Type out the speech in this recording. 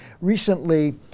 recently